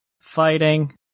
fighting